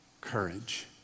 Courage